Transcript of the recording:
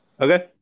okay